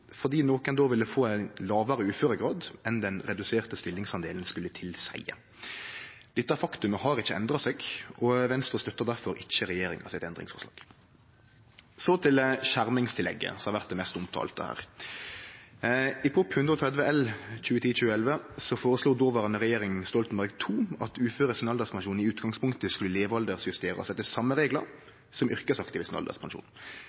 fordi nokon då ville få ei lågare uføregrad enn det den reduserte stillingsdelen skulle tilseie. Dette faktumet har ikkje endra seg, og Venstre støttar derfor ikkje regjeringas endringsforslag. Så til skjermingstillegget, som har vore det mest omtalte her. I Prop. 130 L for 2010–2011 foreslo dåverande regjeringa Stoltenberg II at uføre sin alderspensjon i utgangspunktet skulle justerast etter levealder etter same reglar som dei yrkesaktive sin alderspensjon,